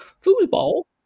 football